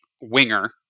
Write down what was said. winger